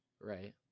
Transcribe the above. right